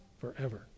forever